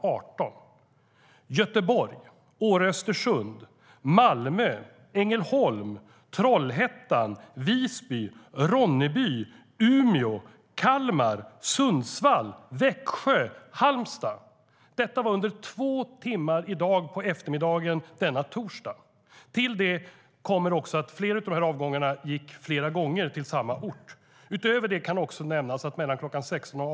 18: Göteborg, Åre-Östersund, Malmö, Ängelholm, Trollhättan, Visby, Ronneby, Umeå, Kalmar, Sundsvall, Växjö, Halmstad. Detta var under två timmar på eftermiddagen i dag, denna torsdag. Till det kommer att det är flera avgångar till samma ort. Utöver det kan nämnas att det mellan kl. 16 och kl.